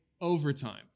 Overtime